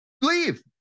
leave